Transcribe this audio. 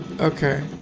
Okay